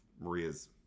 Maria's